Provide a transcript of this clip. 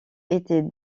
étaient